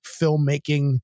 filmmaking